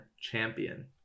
champion